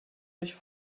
durch